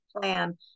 plan